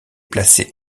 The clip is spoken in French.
placés